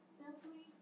simply